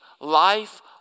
life